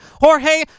Jorge